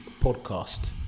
Podcast